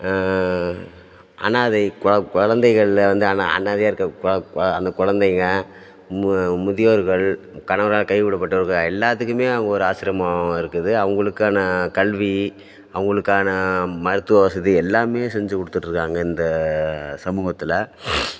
அனாதை கொ கொழந்தைகள்ல வந்து அ அனாதையாக இருக்க கொ கொ அந்த கொழந்தைங்க மு முதியோர்கள் கணவரால் கைவிடப்பட்டவர்கள் எல்லாத்துக்குமே அவங்க ஒரு ஆசிரமம் இருக்குது அவங்களுக்கான கல்வி அவங்களுக்கான மருத்துவ வசதி எல்லாமே செஞ்சுக் கொடுத்துட்ருக்காங்க இந்த சமூகத்தில்